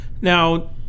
Now